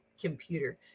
computer